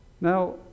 Now